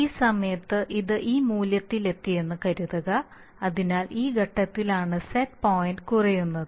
ഈ സമയത്ത് ഇത് ഈ മൂല്യത്തിലെത്തിയെന്ന് കരുതുക അതിനാൽ ഈ ഘട്ടത്തിലാണ് സെറ്റ് പോയിന്റ് കുറയുന്നത്